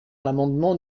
l’amendement